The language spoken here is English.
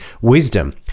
wisdom